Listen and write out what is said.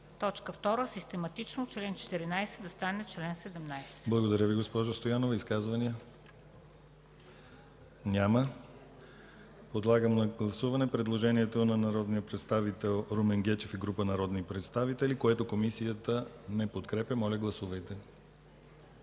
14 да стане чл. 17.” ПРЕДСЕДАТЕЛ ДИМИТЪР ГЛАВЧЕВ: Благодаря Ви, госпожо Стоянова. Изказвания? Няма. Подлагам на гласуване предложението на народния представител Румен Гечев и група народни представители, което Комисията не подкрепя. Моля, гласувайте.